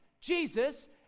Jesus